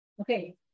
okay